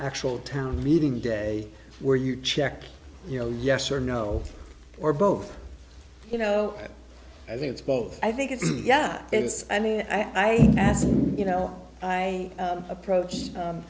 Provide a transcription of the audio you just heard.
actual town meeting day where you check you know yes or no or both you know i think it's both i think it's yeah it's i mean i i as you know i approach